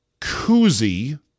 koozie